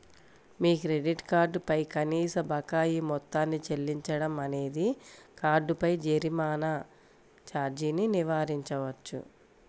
మీ credit card పై కనీస బకాయి మొత్తాన్ని చెల్లించడం అనేది కార్డుపై జరిమానా ఛార్జీని నివారించవచ్చు